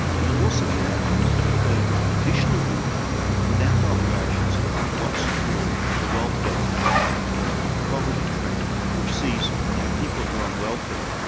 and it also allowed them to earn additional income without the operations of what's called the welfare taper, or a poverty trap, which sees you know people who are on welfare,